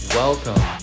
welcome